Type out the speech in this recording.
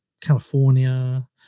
California